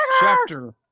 chapter